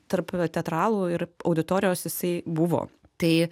tarp teatralų ir auditorijos jisai buvo tai